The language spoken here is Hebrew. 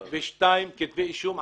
32 כתבי אישום.